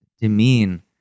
demean